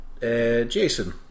Jason